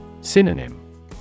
Synonym